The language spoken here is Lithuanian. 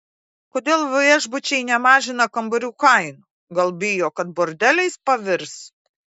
kodėl viešbučiai nemažina kambarių kainų gal bijo kad bordeliais pavirs